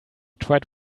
tried